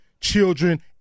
children